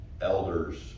elders